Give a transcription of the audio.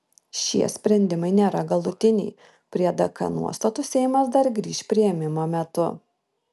šie sprendimai nėra galutiniai prie dk nuostatų seimas dar grįš priėmimo metu